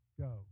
go